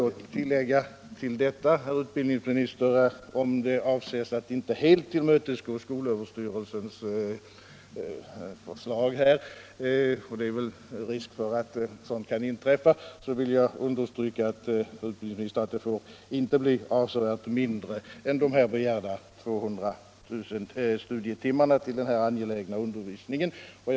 Om avsikten är att inte helt tillmötesgå skolöverstyrelsens förslag, och det är risk för att sådant inträffar, vill jag tillägga, herr utbildningsminister, att den här angelägna undervisningen inte bör få omfatta särskilt mycket mindre än 200 000 studietimmar.